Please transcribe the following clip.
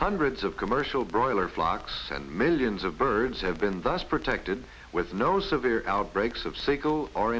hundreds of commercial broiler flocks and millions of birds have been thus protected with no severe outbreaks of single or